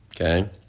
Okay